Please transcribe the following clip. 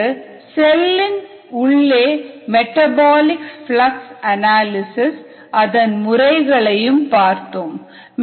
பிறகு செல்லின் உள்ளே மெட்டபாலிக் பிளக்ஸ் அனாலிசிஸ் அதன் முறைகளும் பார்த்தோம்